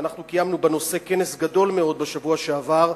ואנחנו קיימנו בנושא כנס גדול מאוד בשבוע שעבר,